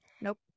Nope